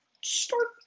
Start